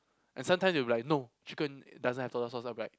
and sometimes they'll be like no chicken doesn't have tartar sauce I'll be like